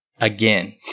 again